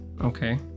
okay